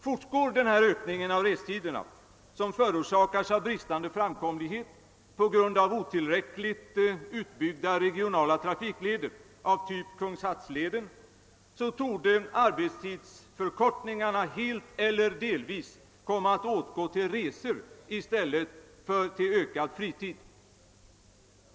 Fortgår denna ökning av restiderna, som förorsakas av bristande framkomlighet på grund av otillräckligt utbyggda regionala trafikleder av typ Kungshattsleden, torde arbetstidsförkortningarna helt eller delvis komma att åtgå till resor i stället för till ökad fritid.